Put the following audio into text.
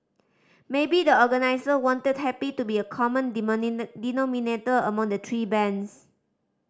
maybe the organiser wanted happy to be a common denominator among the three bands